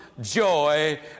joy